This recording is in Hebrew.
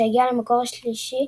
שהגיעה למקום השלישי,